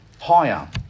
Higher